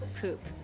Poop